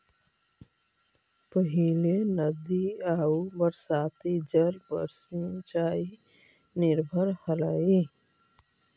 पहिले नदी आउ बरसाती जल पर सिंचाई निर्भर हलई